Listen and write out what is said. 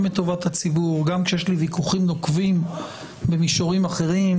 לטובת הציבור גם כשיש לי ויכוחים נוקבים במישורים אחרים.